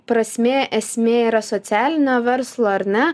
prasmė esmė yra socialinio verslo ar ne